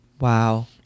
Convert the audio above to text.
Wow